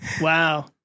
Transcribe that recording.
Wow